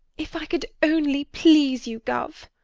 if i could only please you, gov.